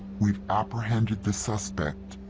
we've apprehended the suspect.